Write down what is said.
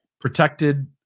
protected